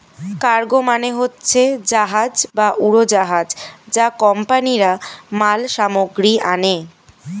cargo মানে হচ্ছে জাহাজ বা উড়োজাহাজ যা কোম্পানিরা মাল সামগ্রী আনে